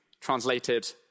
translated